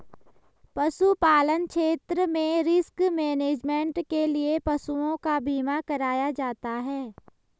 पशुपालन क्षेत्र में रिस्क मैनेजमेंट के लिए पशुओं का बीमा कराया जाता है